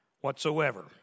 whatsoever